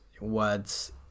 words